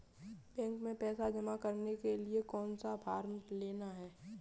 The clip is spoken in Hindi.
बैंक में पैसा जमा करने के लिए कौन सा फॉर्म लेना है?